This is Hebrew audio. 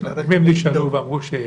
לרכב --- אם הם נשאלו ואמרו שאין,